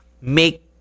make